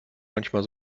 manchmal